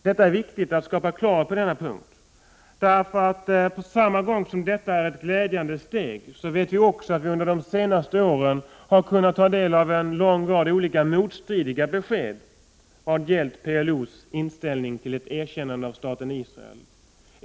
Det är viktigt att skapa klarhet på denna punkt. På samma gång som vi noterar att detta är ett glädjande steg vet vi att vi under de senaste åren har kunnat ta del av en lång rad motstridiga besked vad gäller PLO:s inställning till ett erkännande av staten Israel.